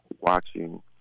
watching